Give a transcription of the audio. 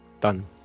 done